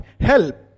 Help